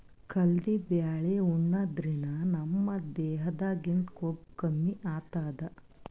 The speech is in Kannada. ಕಲ್ದಿ ಬ್ಯಾಳಿ ಉಣಾದ್ರಿನ್ದ ನಮ್ ದೇಹದಾಗಿಂದ್ ಕೊಬ್ಬ ಕಮ್ಮಿ ಆತದ್